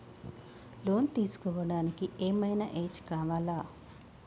Loan తీస్కోవడానికి ఏం ఐనా ఏజ్ కావాలా?